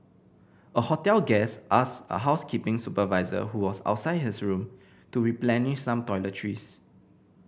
a hotel guest asked a housekeeping supervisor who was outside his room to replenish some toiletries